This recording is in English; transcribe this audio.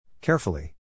Carefully